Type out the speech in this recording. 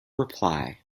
reply